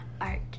art